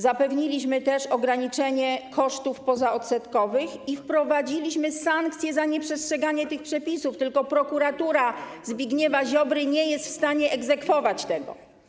Zapewniliśmy też ograniczenie kosztów pozaodsetkowych i wprowadziliśmy sankcje za nieprzestrzeganie tych przepisów, tylko prokuratura Zbigniewa Ziobry nie jest w stanie egzekwować tego.